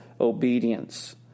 obedience